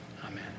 Amen